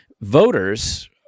voters